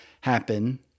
happen